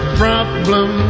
problem